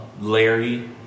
Larry